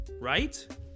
right